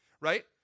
right